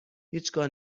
هیچگاه